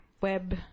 web